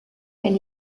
elle